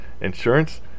insurance